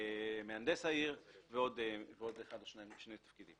מהנדס העיר ועוד תפקיד אחד או שני תפקידים.